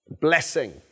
blessing